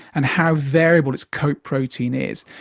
and how variable its coat protein is.